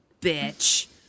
bitch